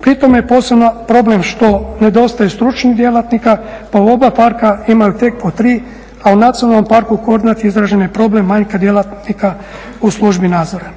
Pri tome je posebno problem što nedostaje stručnih djelatnika pa u oba parka imaju tek po 3, a u Nacionalnom parku Kornati izražen je problem manjka djelatnika u službi nadzora.